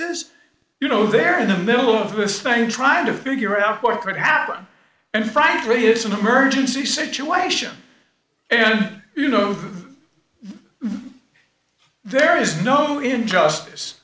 es you know there in the middle of this thing trying to figure out what really happened and frankly it's an emergency situation and you know there is no injustice